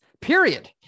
period